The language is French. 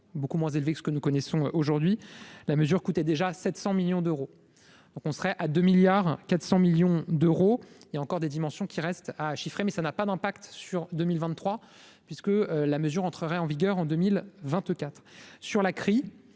beaucoup moins élevé que ce que nous connaissons aujourd'hui la mesure coûtait déjà 700 millions d'euros, donc on serait à 2 milliards 400 millions d'euros il y a encore des dimensions qui reste à chiffrer, mais ça n'a pas d'impact sur 2023 puisque la mesure entrerait en vigueur en 2000 24 sur la cri